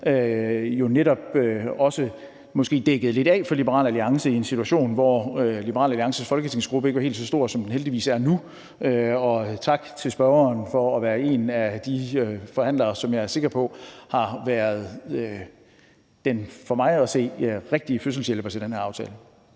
jo netop også måske dækkede lidt af for Liberal Alliance i en situation, hvor Liberal Alliances folketingsgruppe ikke var helt så stor, som den heldigvis er nu. Så også tak til spørgeren for at være en af de forhandlere, som jeg er sikker på har været den rigtige fødselshjælper til den her aftale.